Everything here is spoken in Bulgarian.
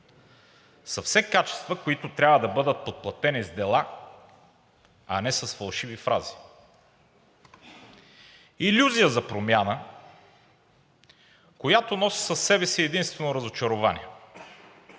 са все качества, които трябва да бъдат подплатени с дела, а не с фалшиви фрази, илюзия за промяна, която носи със себе си единствено разочарование.